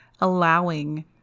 allowing